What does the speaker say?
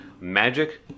magic